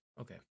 Okay